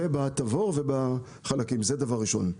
בתבור ובחלקים, זה דבר ראשון.